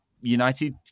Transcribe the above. united